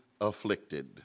afflicted